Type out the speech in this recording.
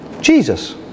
Jesus